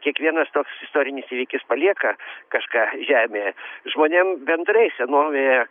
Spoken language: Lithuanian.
kiekvienas toks istorinis įvykis palieka kažką žemėje žmonėm bendrai senovėje